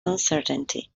uncertainty